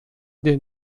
den